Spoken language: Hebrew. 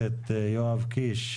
בבקשה.